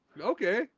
Okay